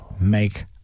make